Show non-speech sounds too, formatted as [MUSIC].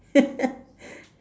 [LAUGHS]